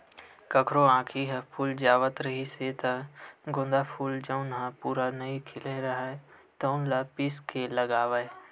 कखरो आँखी ह फूल जावत रिहिस हे त गोंदा फूल जउन ह पूरा नइ खिले राहय तउन ल पीस के लगावय